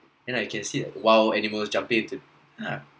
then I can see that wild animals jumping into ah